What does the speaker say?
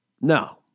No